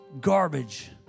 garbage